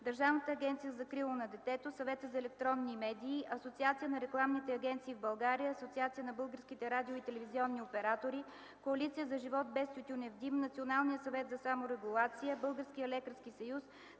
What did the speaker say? Държавна агенция за закрила на детето, Съвета за електронни медии, Асоциация на рекламните агенции в България, Асоциация на българските радио- и телевизионни оператори, Коалиция за живот без тютюнев дим, Националния съвет за саморегулация, Българския лекарски съюз,